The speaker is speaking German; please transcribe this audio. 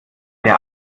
der